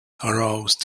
aroused